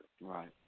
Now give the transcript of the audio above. Right